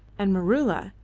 and maroola,